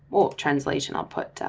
translation i'll put.